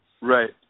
Right